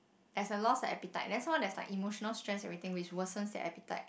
as a loss of appetite that's one that's like emotional stress everything which worsens their appetite